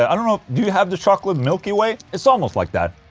i don't know, do you have the chocolate milky way? it's almost like that.